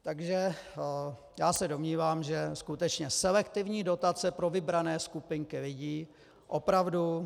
Takže já se domnívám, že skutečně selektivní dotace pro vybrané skupinky lidí opravdu...